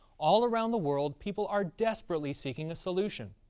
all around the world, people are desperately seeking a solution.